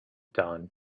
dawn